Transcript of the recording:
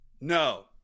No